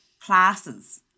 classes